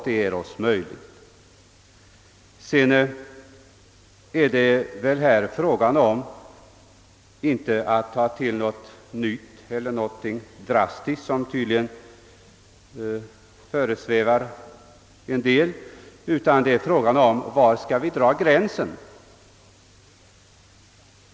Det är inte fråga om att ta till något nytt eller drastiskt medel, vilket tydligen föresvävar en del av kammarens ledamöter, utan frågan gäller var gränsen skall dragas.